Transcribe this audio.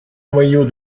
noyau